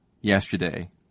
yesterday